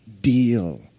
deal